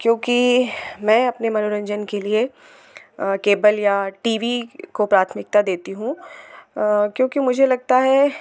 क्योंकि मैं अपनी मनोरंजन के लिए केबल या टी वी को प्राथमिकता देती हूँ क्योंकि मुझे लगता है